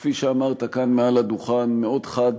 כפי שאמרת כאן מעל הדוכן, מאוד חד,